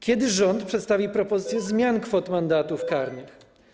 Kiedy rząd przedstawi propozycję zmian kwot mandatów karnych?